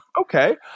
okay